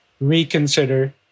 reconsider